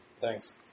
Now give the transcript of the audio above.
Thanks